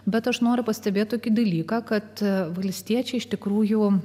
bet aš noriu pastebėti tokį dalyką kad valstiečiai iš tikrųjų